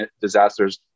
disasters